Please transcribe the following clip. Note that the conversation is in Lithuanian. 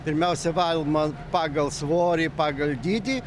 pirmiausia valoma pagal svorį pagal dydį